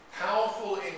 powerful